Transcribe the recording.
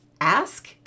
ask